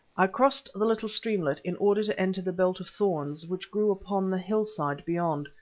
i crossed the little streamlet in order to enter the belt of thorns which grew upon the hill-side beyond,